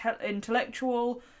intellectual